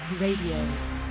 Radio